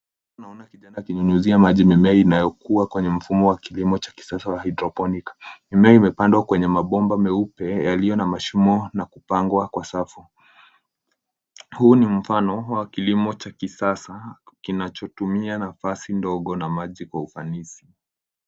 Naona kijana akinyunyizia maji mimea inayokuwa kwenye mfumo wa kilimo cha kisasa cha hydroponics mimea imepandwa kwenye mabomba meupe yaliyo na shimo na kupangwa kwa safu. Huu ni mfano wa kilimo cha kisasa kinachotumia nafasi ndogo na maji kwa ufanisi.